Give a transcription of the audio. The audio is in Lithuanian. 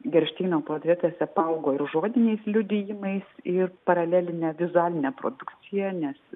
geršteino portretas apaugo ir žodiniais liudijimais ir paraleline vizualine produkcija nes